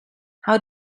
how